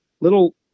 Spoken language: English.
little –